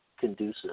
conducive